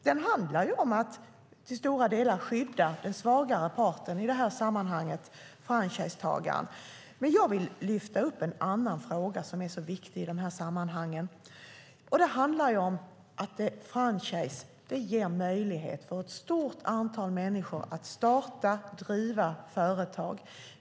Den handlar till stora delar om att skydda den svagare parten, i detta sammanhang franchisetagaren. Men jag vill lyfta upp en annan fråga som är så viktig i dessa sammanhang, och det handlar om att franchise ger ett stort antal människor möjligheter att starta och driva företag.